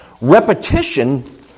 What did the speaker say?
repetition